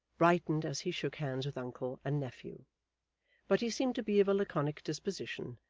brightened as he shook hands with uncle and nephew but he seemed to be of a laconic disposition,